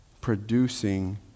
producing